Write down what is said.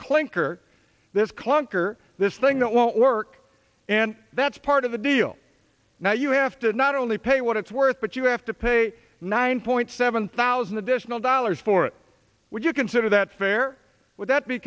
clinker this clunker this thing that won't work and that's part of the deal now you have to not only pay what it's worth but you have to pay nine point seven thousand additional dollars for it would you consider that fair would that be